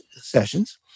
sessions